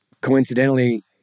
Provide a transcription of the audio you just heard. coincidentally